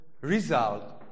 result